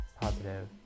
positive